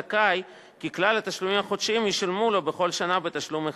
זכאי כי כלל התשלומים החודשיים ישולמו לו בכל שנה בתשלום אחד.